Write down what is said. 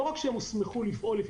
לא רק שהם הוסמכו לכך,